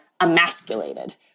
emasculated